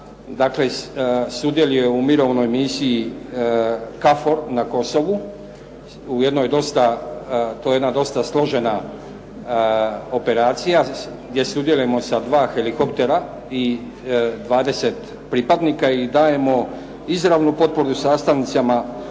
dakle sudjeluje u mirovnoj misiji KFOR na Kosovu, u jednoj dosta, to je jedna dosta složena operacija gdje sudjelujemo sa dva helikoptera i 20 pripadnika i dajemo izravnu potporu sastavnicama